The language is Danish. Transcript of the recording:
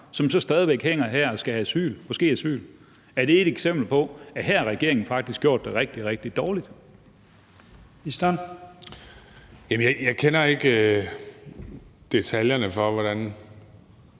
så stadig væk hænger her og måske skal have asyl? Er det ikke et eksempel på, at her har regeringen faktisk gjort det rigtig, rigtig